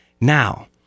Now